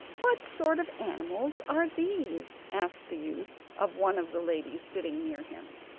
what sort of animals are these asked the youth of one of the ladies sitting near him.